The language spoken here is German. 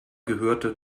gehörte